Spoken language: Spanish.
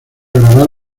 grabar